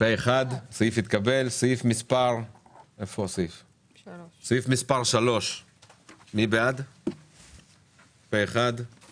הסעיף אושר סעיף מספר 3 הצבעה בעד 6